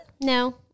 No